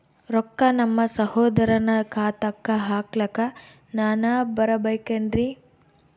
ರೊಕ್ಕ ನಮ್ಮಸಹೋದರನ ಖಾತಾಕ್ಕ ಹಾಕ್ಲಕ ನಾನಾ ಬರಬೇಕೆನ್ರೀ?